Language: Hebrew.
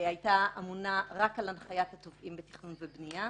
הייתה אמונה רק על הנחיית התובעים בתכנון ובנייה.